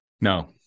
No